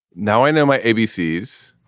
now i know my a. b. c s,